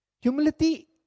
Humility